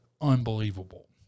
unbelievable